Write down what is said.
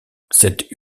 cette